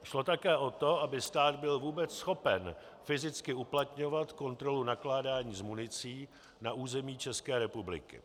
Šlo také o to, aby stát byl vůbec schopen fyzicky uplatňovat kontrolu nakládání s municí na území České republiky.